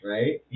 Right